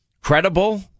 credible